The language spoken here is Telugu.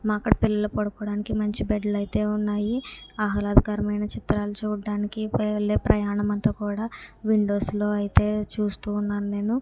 మాకు పిల్లో పడుకోవడానికి మంచి బెడ్లు అయితే ఉన్నాయి ఆహ్లాదకరమైన చిత్రాలు చూడడానికి వెళ్ళే ప్రయాణం అంత కూడా విండోస్లో అయితే చూస్తూ ఉన్నాను నేను